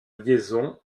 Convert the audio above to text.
liaison